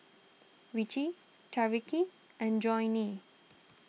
Ricci Tyreke and Johnnie